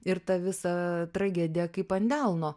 ir ta visa tragedija kaip ant delno